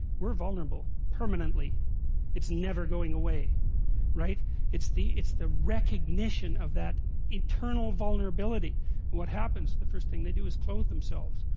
we're vulnerable permanently it's never going away right it's the it's the recognition of that eternal vulnerability what happens the first thing they do is clothe themselves?